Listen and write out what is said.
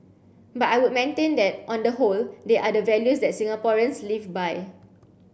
but I would maintain that on the whole they are the values that Singaporeans live by